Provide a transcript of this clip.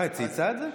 אה, היא צייצה את זה?